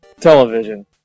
television